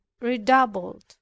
redoubled